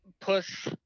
push